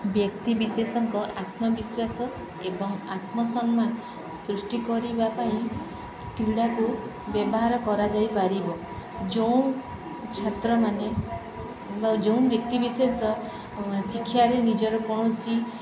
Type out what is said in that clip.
ବ୍ୟକ୍ତି ବିିଶେଷଙ୍କ ଆତ୍ମବିଶ୍ୱାସ ଏବଂ ଆତ୍ମସମ୍ମାନ ସୃଷ୍ଟି କରିବା ପାଇଁ କ୍ରୀଡ଼ାକୁ ବ୍ୟବହାର କରାଯାଇପାରିବ ଯେଉଁ ଛାତ୍ରମାନେ ବା ଯେଉଁ ବ୍ୟକ୍ତି ବିିଶେଷ ଶିକ୍ଷାରେ ନିଜର କୌଣସି